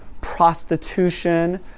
prostitution